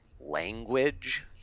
language